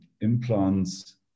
implants